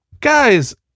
Guys